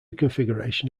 configuration